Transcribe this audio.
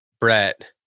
Brett